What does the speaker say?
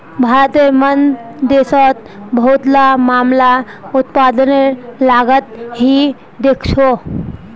भारतेर मन देशोंत बहुतला मामला उत्पादनेर लागतक ही देखछो